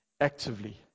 actively